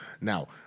Now